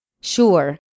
Sure